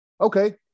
okay